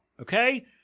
okay